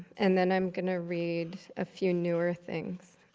and then i'm going to read a few newer things.